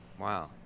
Wow